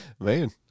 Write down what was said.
Man